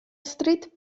street